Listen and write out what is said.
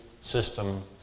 system